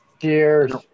Cheers